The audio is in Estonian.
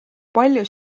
palju